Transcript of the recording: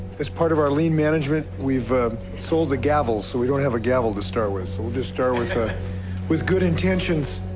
as part of our lean management, we've sold the gavel, so we don't have a gavel to start with, so we'll just start with ah with good intentions.